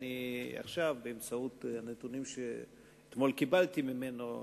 עכשיו, באמצעות הנתונים שאתמול קיבלתי ממנו,